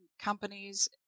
companies